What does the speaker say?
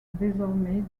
désormais